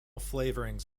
flavourings